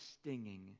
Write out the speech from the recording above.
stinging